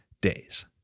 days